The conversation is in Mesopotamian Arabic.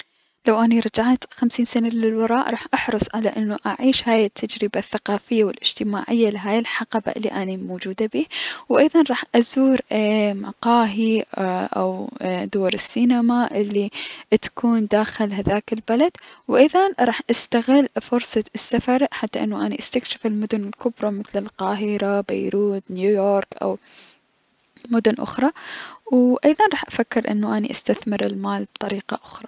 لو اني رجعت خمسين سنة للوراء راح احرص على انو اعيش هاي التجربة الثقافية و الأجتماعية لهاي الحقبة الي موجودة بيه، ايضا راح ازور اي- مقاهي اي- دور السينما تكون داخل هذاك البلد، و ايضا راح استغل فرصة السفر حتى اني استكشف المدن الكبرى مثل القاهرة، بيروت نيويورك او مدن اخرى و ايضا راح افكر انو استثمر المال بطريقة اخرى.